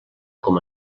com